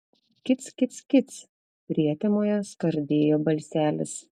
kic kic kic prietemoje skardėjo balselis